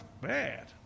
Bad